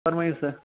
فَرمٲیِو سا